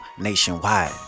nationwide